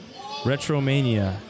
Retromania